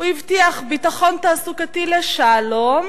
הוא הבטיח ביטחון תעסוקתי לשלום,